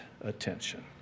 attention